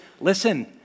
listen